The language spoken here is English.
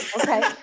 Okay